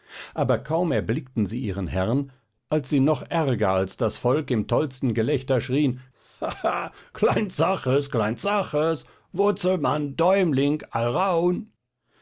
aber kaum erblickten sie ihren herrn als sie noch ärger als das volk im tollsten gelächter schrien klein zaches klein zaches wurzelmann däumling alraun